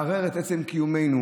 מערער את עצם קיומנו.